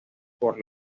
por